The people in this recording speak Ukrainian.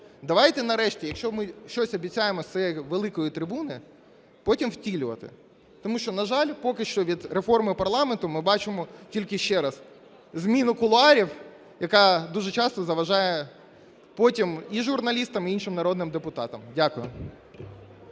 давайте нарешті, якщо ми щось обіцяємо з цієї великої трибуни, потім втілювати, тому що, на жаль, поки що від реформи парламенту ми бачимо тільки, ще раз, зміну кулуарів, яка дуже часто заважає потім і журналістам, і іншим народним депутатам. Дякую.